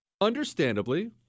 understandably